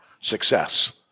success